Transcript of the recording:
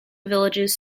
villages